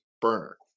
burner